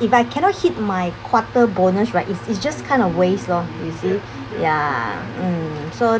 if I cannot hit my quarter bonus right it's it's just kind of waste loh you see ya mm so